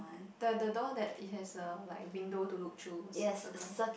the the door that it has a like window to look through so circle